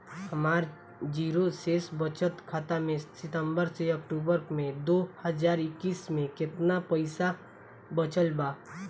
हमार जीरो शेष बचत खाता में सितंबर से अक्तूबर में दो हज़ार इक्कीस में केतना पइसा बचल बा?